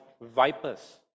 vipers